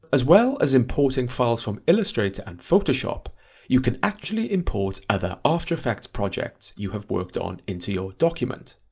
as well as importing files from illustrator and photoshop you can actually import other after effects projects you have worked on into your document.